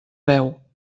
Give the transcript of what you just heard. beu